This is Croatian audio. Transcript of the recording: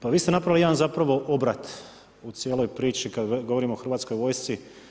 Pa vi ste napravili jedan zapravo obrat u cijeloj priči kad govorimo o Hrvatskoj vojsci.